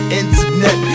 internet